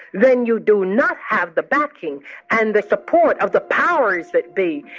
then you do not have the backing and the support of the powers that be.